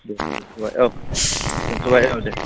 दे दोन्थबाय औ दोन्थबाय औ दे